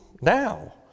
now